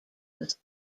was